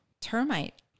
termite